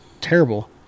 terrible